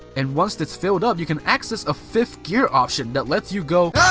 and once it's filled up you can access a fifth gear option that lets you go